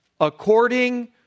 according